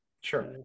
Sure